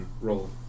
roll